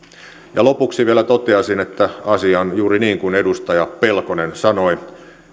ja lopuksi vielä toteaisin että asia on on juuri niin kuin edustaja pelkonen sanoi